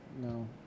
no